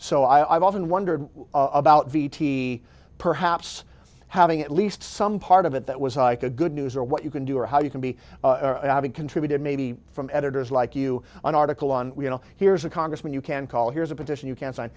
so i've often wondered about the tea perhaps having at least some part of it that was like a good news or what you can do or how you can be having contributed maybe from editors like you an article on you know here's a congressman you can call here's a petition you can sign